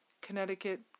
Connecticut